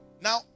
Now